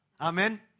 Amen